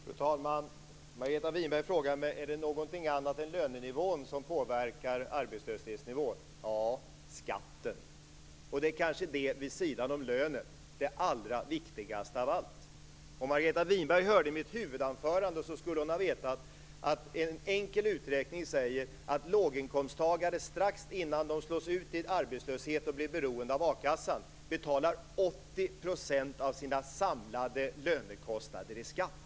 Fru talman! Margareta Winberg frågar mig om det är någonting annat än lönenivån som påverkar arbetslöshetsnivån. Ja, skatten. Vid sidan om lönen, är det kanske det allra viktigaste av allt. Om Margareta Winberg hörde mitt huvudanförande skulle hon ha vetat att en enkel uträkning säger att låginkomsttagare strax innan de slås ut i arbetslöshet och blir beroende av a-kassan betalar 80 % av sina samlade lönekostnader i skatt.